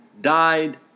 died